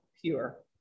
pure